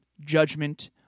judgment